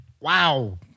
Wow